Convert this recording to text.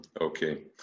Okay